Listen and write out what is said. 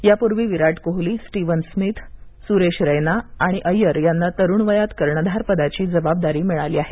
यापूर्वी Virat Kohli Steven Smith Suresh Raina आणि अय्यर यांना तरुण वयात कर्णधारपदाची जबाबदारी मिळाली आहे